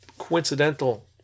coincidental